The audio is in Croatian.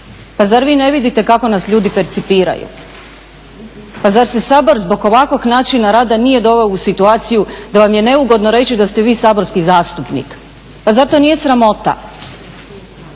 Pa zar vi ne vidite kako nas ljudi percipiraju? Pa zar se Sabor zbog ovakvog načina rada nije doveo u situaciju da vam je neugodno reći da ste vi saborski zastupnik? Pa zar to nije sramota?